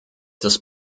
das